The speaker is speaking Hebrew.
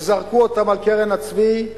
וזרקו אותם על קרן הצבי,